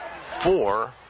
four